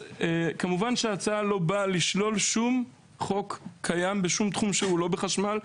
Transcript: כמובן שההצעה לא באה לשלול שום חוק קיים בשום תחום שהוא לא בחשמל,